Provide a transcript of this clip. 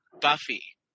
Buffy